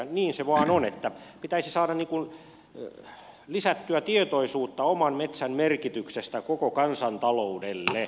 niin se vain on että pitäisi saada lisättyä tietoisuutta oman metsän merkityksestä koko kansantaloudelle